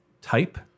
type